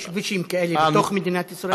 יש כבישים כאלה בתוך מדינת ישראל?